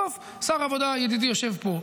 עזוב, שר העבודה, ידידי, יושב פה.